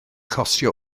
costio